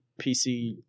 PC